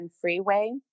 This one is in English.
freeway